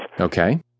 Okay